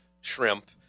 shrimp